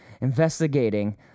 investigating